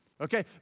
Okay